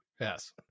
Yes